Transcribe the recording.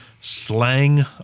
slang